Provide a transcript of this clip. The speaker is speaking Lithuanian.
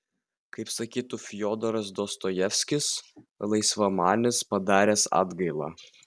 kaip sakytų fiodoras dostojevskis laisvamanis padaręs atgailą